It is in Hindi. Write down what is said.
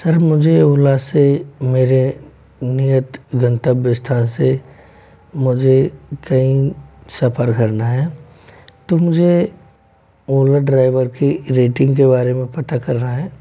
सर मुझे ओला से मेरे नियत गणतव्य स्थान से मुझे ट्रेन सफ़र करना है तो मुझे ओला ड्राइवर की रेटिंग के बारे में पता करना है